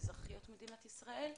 ואזרחיות מדינת ישראל,